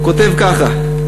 הוא כותב ככה: